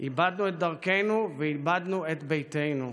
איבדנו את דרכנו ואיבדנו את ביתנו.